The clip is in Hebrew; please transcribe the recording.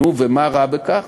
נו, ומה רע בכך